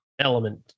element